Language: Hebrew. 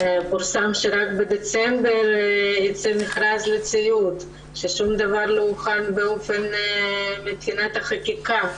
פורסם שרק בדצמבר יצא מכרז לציוד ושום דבר לא הוכן מבחינת החקיקה.